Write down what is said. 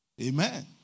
Amen